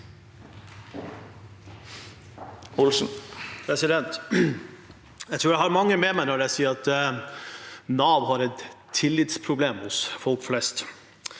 Olsen (FrP) Jeg tror jeg har mange med meg når jeg sier at Nav har et tillitsproblem hos folk flest.